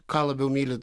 ką labiau mylit